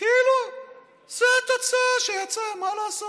כאילו זאת התוצאה שיצאה, מה לעשות?